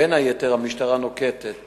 בין היתר, המשטרה נוקטת